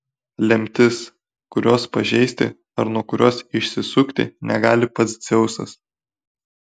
lemtis kurios pažeisti ar nuo kurios išsisukti negali pats dzeusas